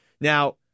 Now